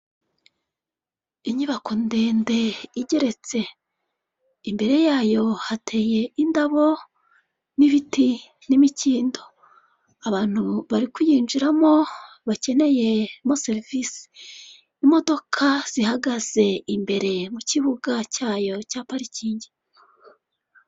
Inyubako ndende igeretse, imbere yayo hateye indabo, n'ibiti, n'imikindo. Abantu bari kuyinjiramo bakeneyemo serivise, imodoka zihagaze imbere mu kibuga cyayo cya parikingi.